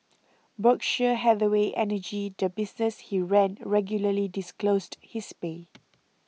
Berkshire Hathaway Energy the business he ran regularly disclosed his pay